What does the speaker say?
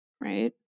right